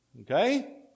Okay